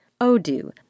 Odoo